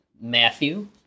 Matthew